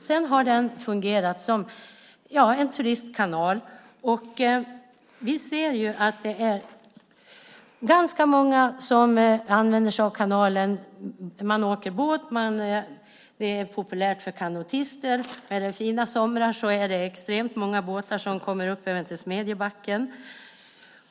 Sedan dess har kanalen fungerat som en turistkanal. Vi ser att det är ganska många som använder sig av kanalen. Man åker båt. Det är populärt för kanotister. Är det fina somrar är det extremt många båtar som kommer upp även till Smedjebacken.